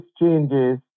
changes